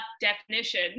definition